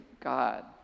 God